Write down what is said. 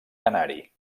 canari